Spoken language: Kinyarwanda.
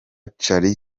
charlie